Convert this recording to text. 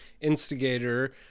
instigator